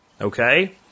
okay